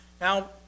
Now